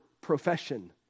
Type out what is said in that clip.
profession